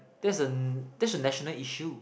that's a that's a national issue